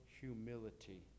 humility